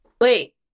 Wait